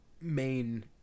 main